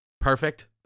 perfect